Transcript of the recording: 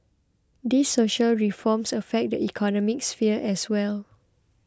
these social reforms affect the economic sphere as well